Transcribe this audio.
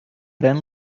pren